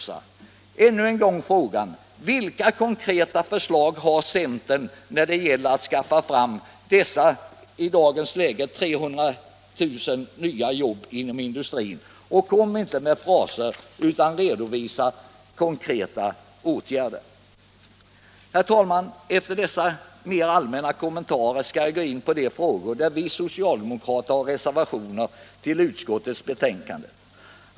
Jag vill upprepa frågan: Vilka konkreta förslag har centern när det gäller att skaffa dessa i dagens läge 300 000 nya jobb inom industrin? Kom nu inte bara med fraser, utan redovisa konkreta åtgärder! Herr talman! Efter dessa mera allmänna kommentarer skall jag gå in på de frågor där vi socialdemokrater har reservationer till utskottets betänkande.